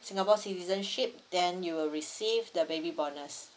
singapore citizenship then you will receive the baby bonus